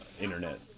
internet